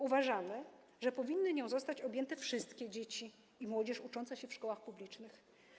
Uważamy, że powinny nią zostać objęte wszystkie dzieci i młodzież uczące się w szkołach publicznych.